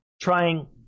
trying